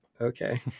okay